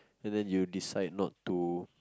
and then you decide not to